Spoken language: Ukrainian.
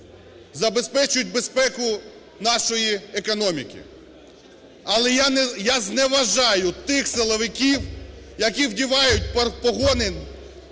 забезпечують безпеку нашої економіки. Але я зневажаю тих силовиків, які вдівають партпагони